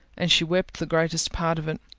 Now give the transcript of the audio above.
and she wept the greatest part of it.